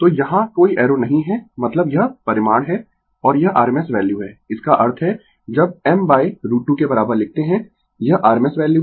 तो यहां कोई एरो नहीं है मतलब यह परिमाण है और यह rms वैल्यू है इसका अर्थ है जब m√√2 के बराबर लिखते है यह rms वैल्यू है